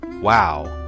wow